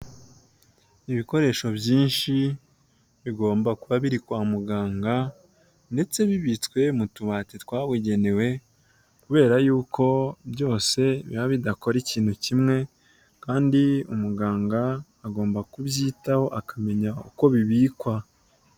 Ibikoresho byinshi bigomba kuba biri kwa muganga ndetse bibitswe mu tubati twabugenewe kubera yuko byose biba bidakora ikintu kimwe kandi umuganga agomba kubyitaho akamenya uko bibikwa.